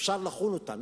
אפשר לחון אותם.